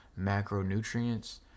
macronutrients